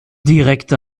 direkt